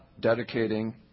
dedicating